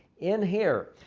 in here,